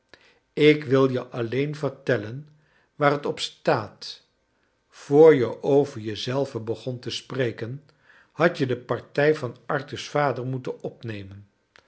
ik wil je alleen vertellen waar het op staat voor je over je zelve begon te spreken had je de partij van arthur's vader moeten opnemen